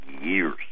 years